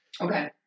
Okay